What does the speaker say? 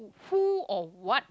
who or what